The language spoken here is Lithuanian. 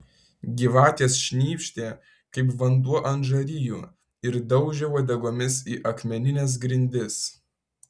gyvatės šnypštė kaip vanduo ant žarijų ir daužė uodegomis į akmenines grindis